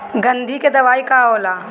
गंधी के दवाई का होला?